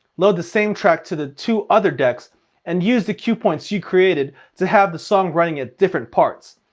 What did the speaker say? load the same track to the two other decks and use the cue points you created to have the song running at different parts.